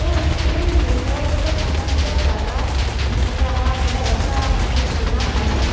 उसने नेटवर्क का समस्या ज़्यादा दिख रहा है ऐसा मैंने सुना है